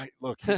Look